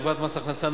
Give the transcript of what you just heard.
ובפרט מס הכנסה,